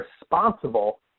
responsible